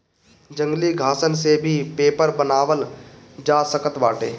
जंगली घासन से भी पेपर बनावल जा सकत बाटे